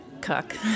cook